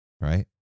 Right